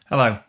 Hello